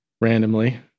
randomly